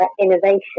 innovation